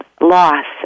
loss